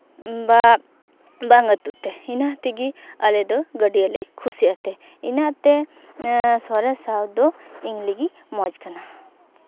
ᱵᱟᱝ ᱟᱹᱛᱩᱜ ᱛᱮ ᱤᱱᱟᱹ ᱛᱮᱜᱮ ᱟᱞᱮ ᱫᱚ ᱜᱟᱹᱰᱭᱟᱹᱞᱮ ᱠᱷᱩᱥᱤᱭᱟᱜ ᱛᱮ ᱤᱱᱟᱹᱛᱮ ᱥᱚᱨᱮᱥ ᱥᱟᱶ ᱫᱚ ᱤᱧ ᱞᱟᱹᱜᱤᱫ ᱢᱚᱡᱽ ᱠᱟᱱᱟ